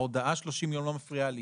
ההודעה 30 ימים לא מפריעה לי.